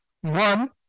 One